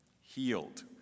healed